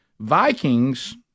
Vikings